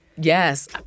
Yes